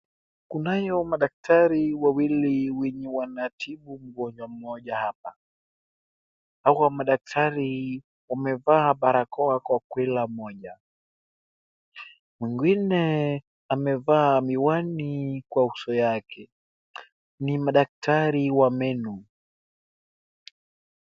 Kunayo madaktari wawili wenye wanatibu mgonjwa mmoja hapa, hawa madaktari wamevaa barakoa kila mmoja, mwingine amevaa miwani kwa uso yake, ni madaktari wa meno.